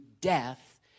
death